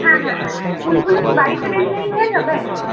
হ্যাঁ হ্যাঁ হ্যাঁ ফুলগুলো কি বাড়িতে ডেলিভারি হয়ে যাবে